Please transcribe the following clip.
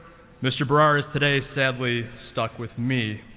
mr. bharara is today sadly stuck with me.